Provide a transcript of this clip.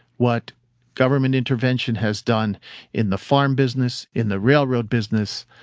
what government intervention has done in the farm business in the railroad business.